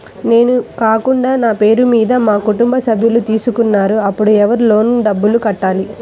నేను కాకుండా నా పేరు మీద మా కుటుంబ సభ్యులు తీసుకున్నారు అప్పుడు ఎవరు లోన్ డబ్బులు కట్టాలి?